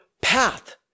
path